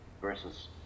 versus